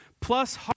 plus